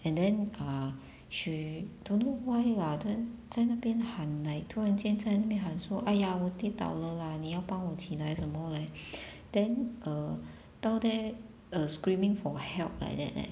and then err she don't know why ah then 在那边喊 like 突然间在那边喊说 !aiya! 我跌倒了 lah 你要帮我起来什么 leh then err down there uh screaming for help like that leh